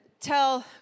tell